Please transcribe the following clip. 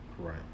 Right